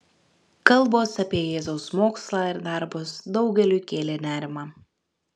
kalbos apie jėzaus mokslą ir darbus daugeliui kėlė nerimą